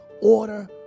order